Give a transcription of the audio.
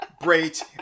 Great